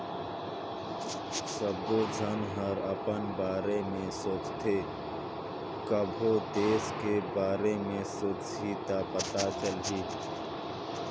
सबो झन हर अपन बारे में सोचथें कभों देस के बारे मे सोंचहि त पता चलही